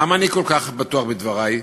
למה אני כל כך בטוח בדברי,